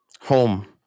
Home